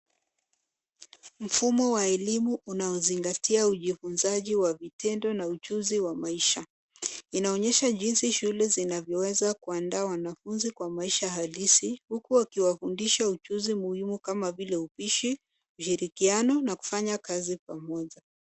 Mfumo wa elimu unaozingatia utunzaji wa mitendo na ujuzi wa maisha, inaonyesha jinsi shule zinavyoweza kuandaa wanafunzi kwa maisha halisi huku wakiwafundisha ujuzi muhimu kama vile upishi, ushirikiano na kufanya kazi pamoja.